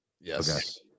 Yes